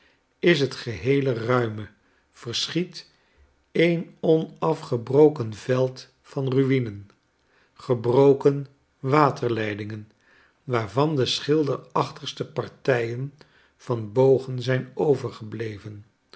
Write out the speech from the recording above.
is het geheele mime verschiet een onafgebroken veld van ru'inen gebroken waterleidingen waarvan de schilderachtigste partijen vanbogen zijn overgebleven